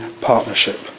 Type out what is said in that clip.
Partnership